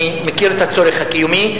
אני מכיר את הצורך הקיומי,